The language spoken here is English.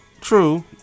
True